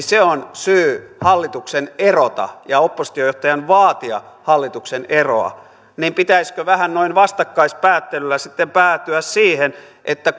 se on syy hallituksen erota ja oppositiojohtajan vaatia hallituksen eroa niin pitäisikö vähän noin vastakkaispäättelyllä sitten päätyä siihen että